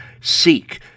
SEEK